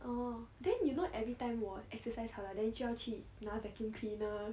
orh then you know every time 我 exercise 好了就要去拿 vacuum cleaner